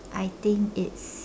I think it's